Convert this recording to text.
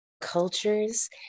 cultures